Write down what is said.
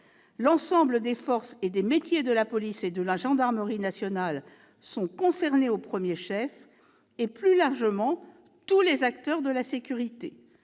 L'ensemble des forces et des métiers de la police et de la gendarmerie nationales sont concernés au premier chef, et plus largement tous les acteurs de la sécurité